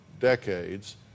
Decades